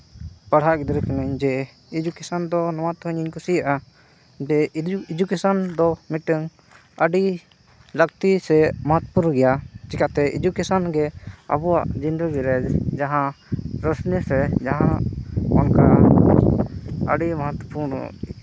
ᱯᱟᱲᱦᱟᱣ ᱜᱤᱫᱽᱨᱟᱹ ᱠᱟᱹᱱᱟᱹᱧ ᱡᱮ ᱮᱰᱩᱠᱮᱥᱮᱱ ᱫᱚ ᱱᱚᱣᱟ ᱛᱮᱦᱚᱸ ᱤᱧᱤᱧ ᱠᱩᱥᱤᱭᱟᱜᱼᱟ ᱡᱮ ᱮᱰᱩᱠᱮᱥᱚᱱ ᱫᱚ ᱢᱤᱫᱴᱟᱹᱝ ᱟᱹᱰᱤ ᱞᱟᱹᱠᱛᱤ ᱥᱮ ᱢᱚᱦᱚᱛᱯᱩᱨ ᱜᱮᱭᱟ ᱪᱤᱠᱟᱹᱛᱮ ᱮᱰᱩᱠᱮᱥᱚᱱ ᱜᱮ ᱟᱵᱚᱣᱟᱜ ᱡᱤᱱᱫᱮᱜᱤ ᱨᱮ ᱡᱟᱦᱟᱸ ᱨᱚᱥᱱᱤ ᱥᱮ ᱡᱟᱦᱟᱸ ᱱᱚᱝᱠᱟ ᱟᱹᱰᱤ ᱢᱚᱦᱚᱛᱯᱩᱨᱱᱚ